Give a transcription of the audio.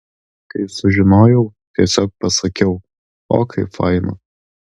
kai sužinojau tiesiog pasakiau o kaip faina